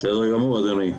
בסדר גמור, אדוני.